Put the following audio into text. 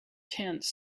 tents